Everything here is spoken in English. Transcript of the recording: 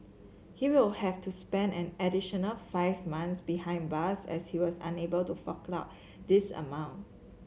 he will have to spend an additional five months behind bars as he was unable to fork out this amount